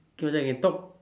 k whether I can talk